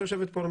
שיושבת פה,